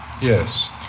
Yes